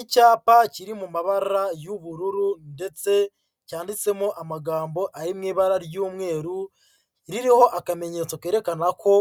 Icyapa kiri mu mabara y'ubururu ndetse cyanditsemo amagambo ari mu ibara ry'umweru, ririho akamenyetso kerekana ko